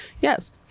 Yes